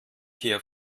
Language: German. hier